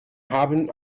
haben